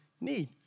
need